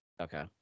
okay